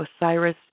Osiris